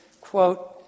quote